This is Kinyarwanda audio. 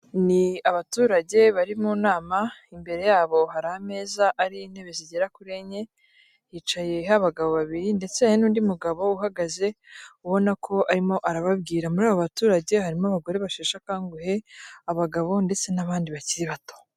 Ni abaturage bari mu nama, imbere yabo hari ameza ariho intebe zigera kuri enye, yicayeho abagabo babiri ndetse hari n'undi mugabo uhagaze, ubona ko arimo arababwira. Muri aba baturage harimo abagore basheshe akanguhe, abagabo ndetse n'abandi bakiri bato.